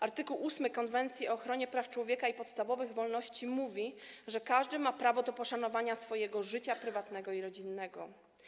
Art. 8 Konwencji o ochronie praw człowieka i podstawowych wolności mówi, że każdy ma prawo do poszanowania swojego życia prywatnego i rodzinnego.